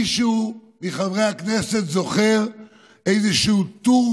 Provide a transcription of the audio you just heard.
מישהו מחברי הכנסת זוכר איזה איזשהו טור